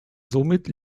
somit